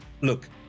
look